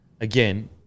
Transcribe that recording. again